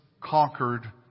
conquered